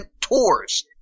tours